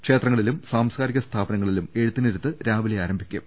ക്ഷേത്ര ങ്ങളിലും സാംസ്കാരിക സ്ഥാപനങ്ങളിലും എഴുത്തിനിരുത്ത് രാവിലെ ആരംഭിക്കും